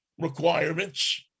requirements